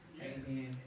Amen